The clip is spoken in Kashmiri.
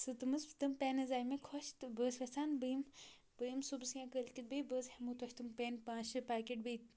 سَہ تم حظ تِم پٮ۪ن حظ آیہِ مےٚ خۄش تہٕ بہٕ ٲس یژھان بہٕ یِمہٕ بہٕ یِم صُبحس یا کٲلکٮ۪تھ بیٚیہِ بہٕ حظ ہٮ۪مو تۄہہِ تم پٮ۪ن پانٛژھ شےٚ پاکیٹ بیٚیہِ